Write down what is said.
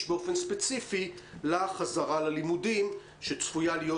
באופן ספציפי לחזרה ללימודים שצפויה להיות,